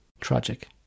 Tragic